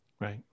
Right